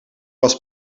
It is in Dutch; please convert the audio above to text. was